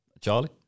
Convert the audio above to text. Charlie